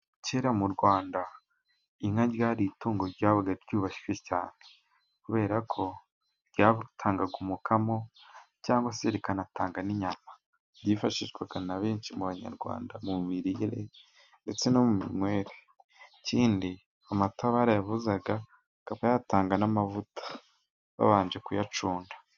Kera mu Rwanda inka ryari itungo ryabaga ryubashywe, cyane kubera ko ryatangaga umukamo cyangwa se rikanatanga n' inyama yifashishwaga na benshi mu banyarwanda, mu mirire ndetse no mu minywere ikindi amata barayavuzaga akaba yatanga n' amavuta babanje kuyacunda.